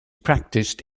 practised